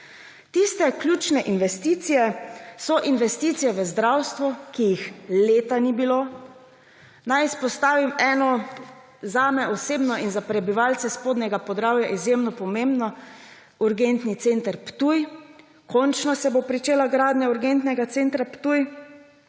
Tiste ključne investicije so investicije v zdravstvo, ki jih leta ni bilo. Naj izpostavim eno, zame osebno in za prebivalce Spodnjega Podravja izjemno pomembno, urgentni center Ptuj. Končno se bo pričela gradnja urgentnega centra Ptuj.